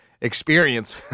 experience